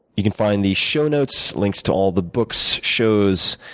you can find the show notes links to all the books, shows,